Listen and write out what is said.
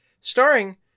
Starring